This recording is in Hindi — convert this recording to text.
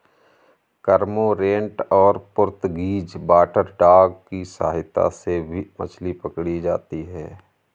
कर्मोंरेंट और पुर्तगीज वाटरडॉग की सहायता से भी मछली पकड़ी जाती है